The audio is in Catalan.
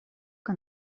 que